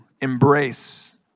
embrace